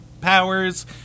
powers